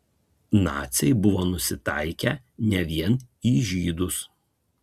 naciai buvo nusitaikę ne vien į žydus